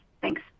Thanks